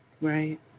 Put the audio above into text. Right